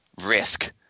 risk